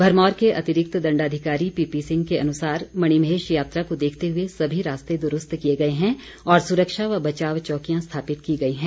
भरमौर के अतिरिक्त दण्डाधिकारी पीपी सिंह के अनुसार मणिमहेश यात्रा को देखते हुए सभी रास्ते दुरूस्त किए गए हैं और सुरक्षा व बचाव चौकियां स्थापित की गई हैं